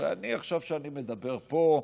הרי אני עכשיו, כשאני מדבר פה,